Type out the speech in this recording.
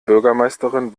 bürgermeisterin